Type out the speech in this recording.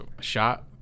shot